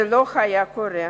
זה לא היה קורה.